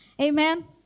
Amen